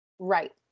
Right